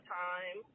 time